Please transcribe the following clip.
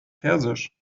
persisch